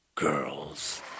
girls